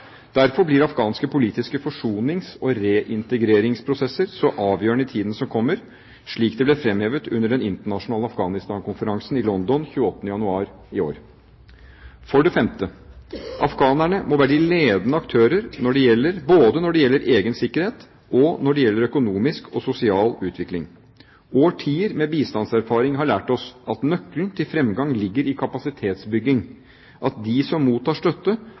Derfor blir afghanske politiske forsonings- og reintegreringsprosesser så avgjørende i tiden som kommer, slik det ble fremhevet under den internasjonale Afghanistan-konferansen i London 28. januar i år. For det femte: Afghanerne må være de ledende aktører både når det gjelder egen sikkerhet, og når det gjelder økonomisk og sosial utvikling. Årtier med bistandserfaring har lært oss at nøkkelen til fremgang ligger i kapasitetsbygging: at de som mottar støtte,